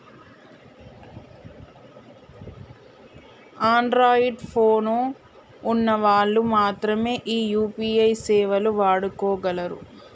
Android phone ఉన్న వాళ్ళు మాత్రమె ఈ యూ.పీ.ఐ సేవలు వాడుకోగలరు